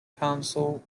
console